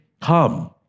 come